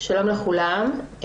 שלום לכולם.